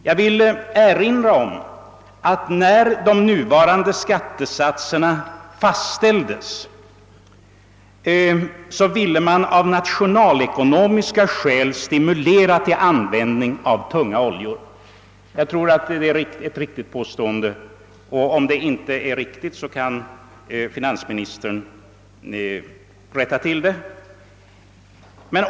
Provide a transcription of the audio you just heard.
Jag vill erinra om, att när de nuvarande skattesatserna fastställdes, så ville man av nationalekonomiska skäl stimulera till användning av tunga oljor. Jag tror att det är ett riktigt påstående, och om det inte är riktigt, så kan finansministern rätta till det.